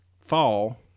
fall